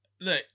Look